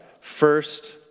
first